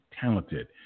talented